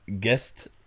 guest